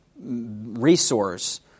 resource